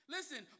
Listen